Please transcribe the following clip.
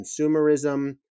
consumerism